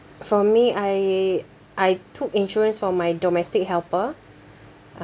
for me I I took insurance for my domestic helper uh